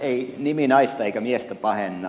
ei nimi naista eikä miestä pahenna